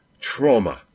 trauma